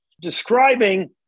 describing